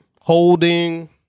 holding